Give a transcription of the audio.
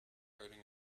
coding